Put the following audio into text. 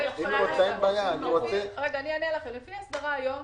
לפי ההסברה היום,